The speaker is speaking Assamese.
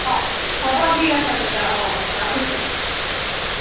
অঁ হ'ব ঠিক আছে তেতিয়া অঁ ৰাখিছোঁ